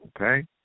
Okay